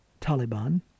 Taliban